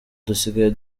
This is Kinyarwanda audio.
dusigaye